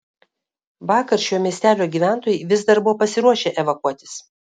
vakar šio miestelio gyventojai vis dar buvo pasiruošę evakuotis